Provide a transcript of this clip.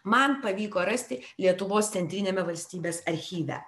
man pavyko rasti lietuvos centriniame valstybės archyve